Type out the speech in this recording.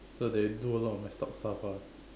so they do a lot of messed up stuff ah